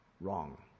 Wrong